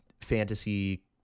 fantasy